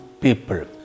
people